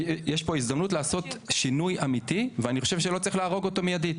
יש פה הזדמנות לעשות שינוי אמיתי ואני חושב שלא צריך להרוג אותו מיידית,